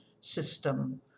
system